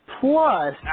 Plus